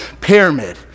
pyramid